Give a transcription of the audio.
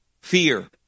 fear